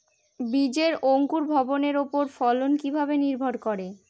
বীজের অঙ্কুর ভবনের ওপর ফলন কিভাবে নির্ভর করে?